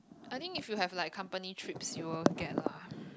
I think if you have like company trips you were get lah